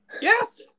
Yes